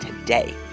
today